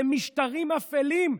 במשטרים אפלים,